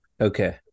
Okay